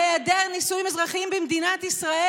בהיעדר נישואים אזרחיים במדינת ישראל,